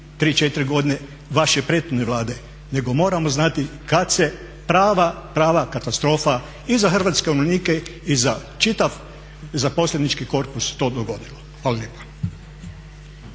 3, 4 godine vaše prethodne Vlade nego moramo znati kada se prava, prava katastrofa i za hrvatske umirovljenike i za čitav zaposlenički korpus to dogodilo. Hvala lijepa.